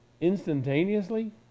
instantaneously